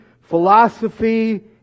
philosophy